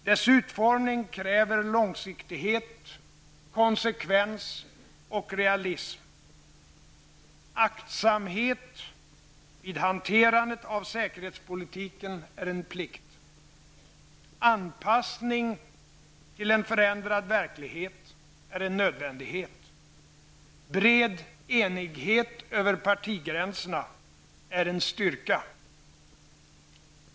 Dess utformning kräver långsiktighet, konsekvens och realism. Aktsamhet vid hanterandet av säkerhetspolitiken är en plikt. Anpassning till en förändrad verklighet är en nödvändighet. Bred enighet över partigränserna är en styrka.